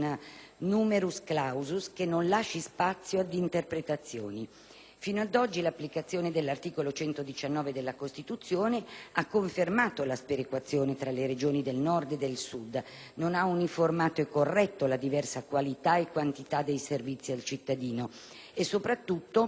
*numerus clausus* che non lasci spazio ad interpretazioni. Fino ad oggi, l'applicazione dell'articolo 119 della Costituzione ha confermato la sperequazione tra le Regioni del Nord e del Sud, non ha uniformato e corretto la diversa qualità e quantità dei servizi al cittadino e soprattutto